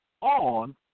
on